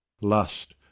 lust